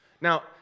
Now